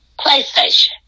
PlayStation